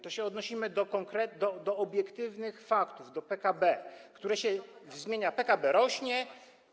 Tu się odnosimy do obiektywnych faktów, do PKB, które się zmienia, PKB rośnie.